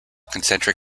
concentric